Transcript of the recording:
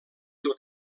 del